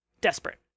desperate